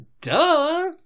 duh